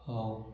ହେଉ